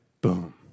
Boom